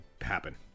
happen